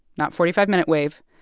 not forty five minute wave.